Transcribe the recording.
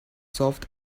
soft